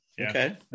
okay